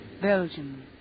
Belgium